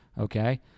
okay